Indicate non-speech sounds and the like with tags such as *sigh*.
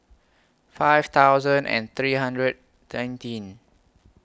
five thousand and three hundred *unintelligible*